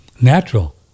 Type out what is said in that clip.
natural